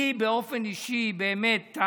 לי באופן אישי, באמת,